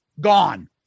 gone